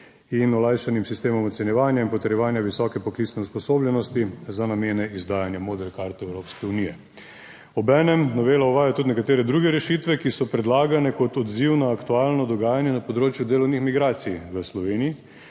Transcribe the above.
in olajšanim sistemom ocenjevanja in potrjevanja visoke poklicne usposobljenosti za namene izdajanja modre karte Evropske unije. Obenem novela uvaja tudi nekatere druge rešitve, ki so predlagane kot odziv na aktualno dogajanje na področju delovnih migracij v Sloveniji.